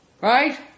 Right